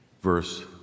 verse